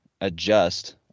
adjust